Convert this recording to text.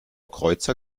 kreuzer